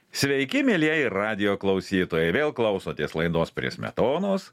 sveiki mielieji radijo klausytojai vėl klausotės laidos prie smetonos